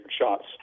shots